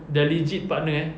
their legit partner eh